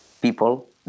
people